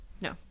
No